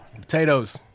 Potatoes